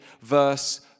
verse